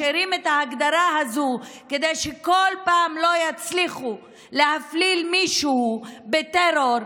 משאירים את ההגדרה הזאת כדי שכל פעם שלא יצליחו להפליל מישהו בטרור,